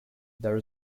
there